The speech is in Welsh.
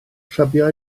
clybiau